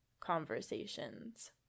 conversations